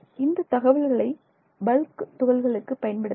இந்த தகவல்களை பல்க் துகள்களுக்கு பயன்படுத்தலாம்